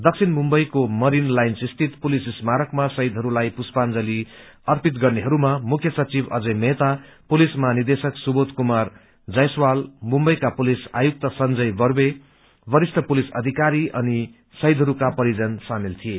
दक्षिण मुम्बइको मरीन लाईन्स स्थित पुलिस स्मारकमा शहीदहरूलाईपुष्पाजंली अर्पित गर्नेहरूमामुख्य सविचव अजय मेहता पुलिस महानिदेशिक सुवोध कुमार जायसवाल मुम्बइका पुलिस आयुक्त संजय बरवे वरिष्ठ पुलिस अधिकारी अनि शहीदहरूका परिजन सामेल थिए